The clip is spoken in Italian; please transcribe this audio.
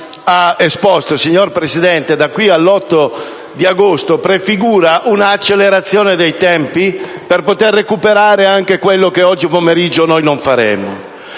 ha esposto, signor Presidente, da qui all'8 agosto prefigura un'accelerazione dei tempi per poter recuperare anche quello che oggi pomeriggio non faremo.